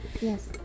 Yes